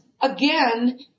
again